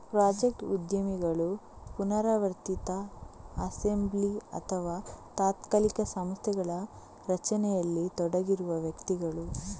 project ಉದ್ಯಮಿಗಳು ಪುನರಾವರ್ತಿತ assembly ಅಥವಾ ತಾತ್ಕಾಲಿಕ ಸಂಸ್ಥೆಗಳ ರಚನೆಯಲ್ಲಿ ತೊಡಗಿರುವ ವ್ಯಕ್ತಿಗಳು